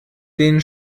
den